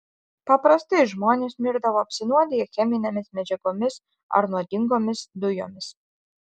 paprastai žmonės mirdavo apsinuodiję cheminėmis medžiagomis ar nuodingomis dujomis